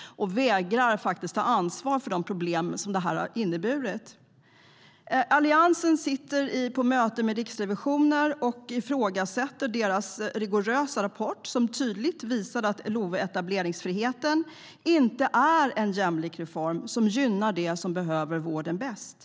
De vägrar att ta ansvar för de stora problem som etableringsfriheten har inneburit. Alliansen sitter på möten med Riksrevisionen och ifrågasätter deras rigorösa rapport som tydligt visade att LOV-etableringsfriheten inte är en jämlik reform som gynnar dem som behöver vården mest.